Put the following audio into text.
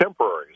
temporaries